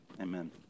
amen